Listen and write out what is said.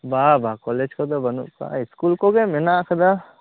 ᱵᱟ ᱵᱟ ᱠᱚᱞᱮᱡ ᱠᱚᱫᱚ ᱵᱟ ᱱᱩᱜ ᱟᱠᱟᱫᱟ ᱤᱥᱠᱩᱞ ᱠᱚᱫᱚ ᱢᱮᱱᱟᱜ ᱟᱠᱟᱫᱟ